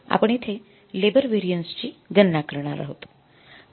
आपण येथे labour variance ची गणना करणार आहोत